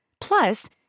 Plus